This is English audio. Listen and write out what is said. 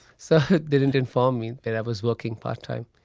so they didn't inform me that i was working part-time,